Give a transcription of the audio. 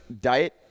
diet